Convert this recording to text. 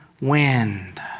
wind